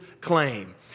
claim